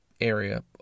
area